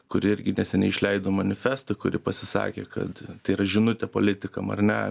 kuri irgi neseniai išleido manifestą kuri pasisakė kad tai yra žinutė politikam ar ne